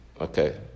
okay